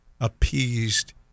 appeased